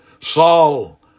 Saul